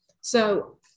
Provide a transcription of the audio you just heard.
So-